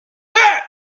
back